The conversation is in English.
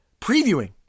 previewing